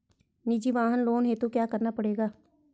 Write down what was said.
निजी वाहन लोन हेतु क्या करना पड़ेगा?